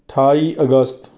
ਅਠਾਈ ਅਗਸਤ